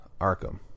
arkham